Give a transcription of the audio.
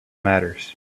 matters